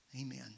Amen